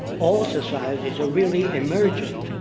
all societies are really emergent,